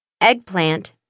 eggplant